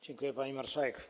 Dziękuję, pani marszałek.